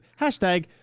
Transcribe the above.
Hashtag